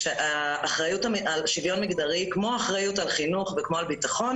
האחריות על שוויון מגדרי כמו האחריות על חינוך וכמו על ביטחון,